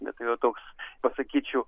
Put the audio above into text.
bet tai jau toks pasakyčiau